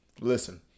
Listen